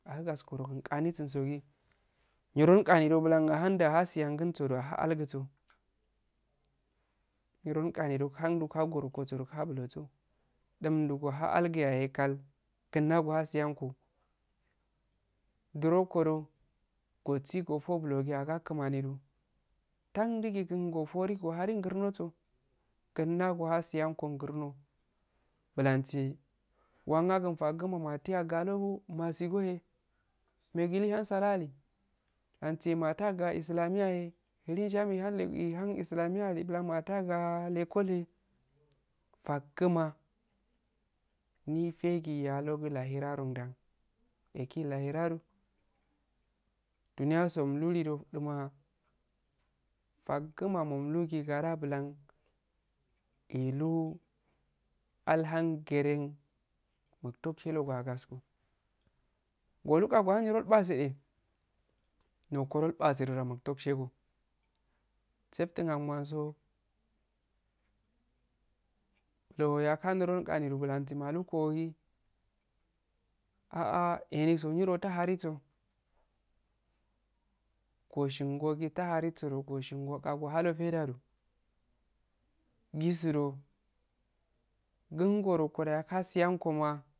Ahu gaskoroguh aanisingo gi niro qani bullandahan ndahun siyagungo ndaha algugu niro qani doh kan-kasokoro ka-bulgo dum doh goh haalgu ya eh kkal, wasiyankko duro qodoh gosi gofo bulo asal kumani da tandi gu kun oforu oharun gurnnogih kun nnaha siyango gurnu bullan si ehh wangangun faguna ahgaheho mateh ah ga hohoye masikiye megu mihun sala alu wantte maga islamiyah laishame ihan islamiya alu bulan ateh agah le cole he faguma ndifegu yaglahira da eh sil lahira doh umlulido duma fagguma momlugi ngara bullan elu alhan gerah murushi wassakko gwolu qani gohun nirol paseh nongo do illpase de dow tulgodo multashego safttu ahgumanso bulo yaka ndodo ani aluqogi ah ah emigo niro taharu so goshigo ghi tahriso goshigogi taharigo an sahalufaidadoh jisu doh kun goro okasiyau goma